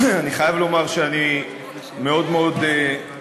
אני חייב לומר שאני מאוד מאוד נרגש.